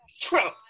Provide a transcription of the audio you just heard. Trump